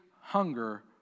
hunger